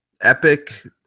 Epic